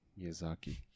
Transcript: Yazaki